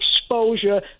exposure